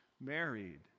married